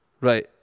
Right